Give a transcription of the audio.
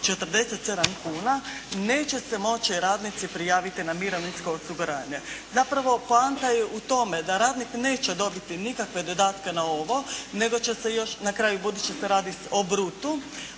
747 kuna neće se moći radnici prijaviti na mirovinsko osiguranje. Zapravo poanta je u tome da radnik neće dobiti nikakve dodatke na ovo nego će se još na kraju budući se radi o brutu,